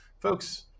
Folks